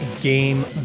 Game